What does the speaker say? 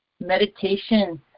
Meditation